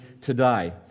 today